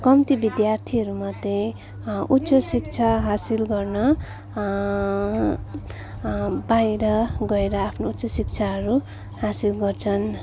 कम्ती विद्यार्थीहरू मध्ये उच्च शिक्षा हासिल गर्न बाहिर गएर आफ्नो उच्च शिक्षाहरू हासिल गर्छन्